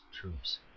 troops